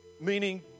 meaning